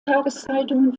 tageszeitungen